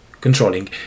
controlling